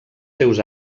seus